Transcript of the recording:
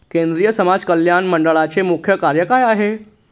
केंद्रिय समाज कल्याण मंडळाचे मुख्य कार्य काय आहे?